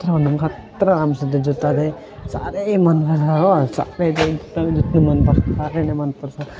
खतरा भन्दा पनि खतरा राम्रो छ त्यो जुत्ता चाहिँ साह्रै मनलगाएर हो सबै त्यो एकदमै जुत्तै मनपर्यो साह्रै नै मनपर्छ